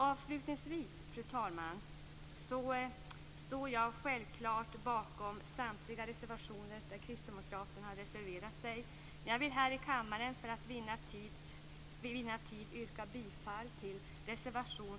Avslutningsvis, fru talman, vill jag säga att jag självklart står bakom samtliga reservationer där kristdemokraterna finns med men för tids vinnande vill jag här i kammaren yrka bifall endast till reservation